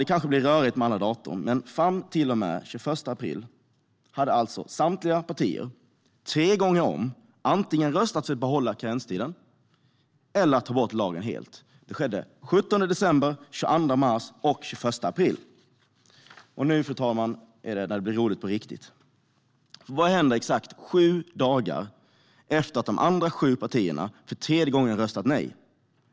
Det kanske blir rörigt med alla datum, men den 21 april hade alltså samtliga andra partier tre gånger om antingen röstat för att behålla karenstiden eller för att ta bort lagen helt. De skedde den 17 december, den 22 mars och den 21 april. Fru talman! Nu blir det roligt på riktigt. Vad hände exakt sju dagar efter att de andra sju partierna för tredje gången röstat nej?